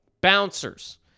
Bouncers